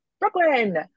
brooklyn